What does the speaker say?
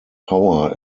power